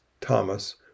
Thomas